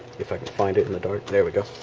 if i can find it in the dark there we go